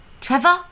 Trevor